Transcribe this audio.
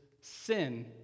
sin